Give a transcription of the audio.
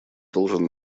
должен